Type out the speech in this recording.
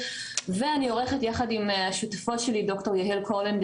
ואני עורכת יחד עם השותפות שלי ד"ר יהל קורלנדר